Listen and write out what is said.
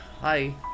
Hi